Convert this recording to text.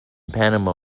panama